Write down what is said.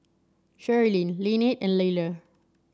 Sherilyn Lynnette and Liller